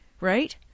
right